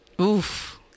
Oof